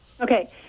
okay